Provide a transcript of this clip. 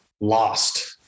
lost